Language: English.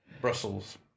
Brussels